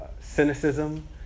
cynicism